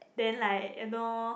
then like you know